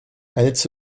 its